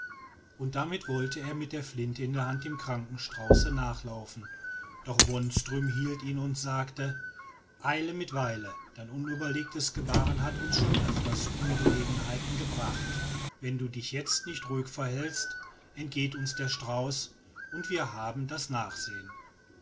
und damit wollte er mit der flinte in der hand dem kranken strauße nachlaufen doch wonström hielt ihn und sagte eile mit weile dein unüberlegtes gebahren hat uns schon öfters ungelegenheiten gebracht wenn du dich jetzt nicht ruhig verhältst entgeht uns der strauß und wie haben das nachsehen